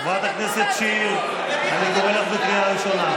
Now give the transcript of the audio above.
חברת הכנסת שיר, אני קורא אותך לסדר קריאה ראשונה.